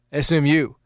SMU